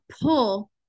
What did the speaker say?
pull